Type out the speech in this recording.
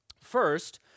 First